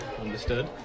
Understood